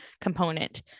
component